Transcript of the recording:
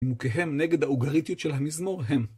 אם הוא כהם נגד האוגריטיות של המזמור, הם.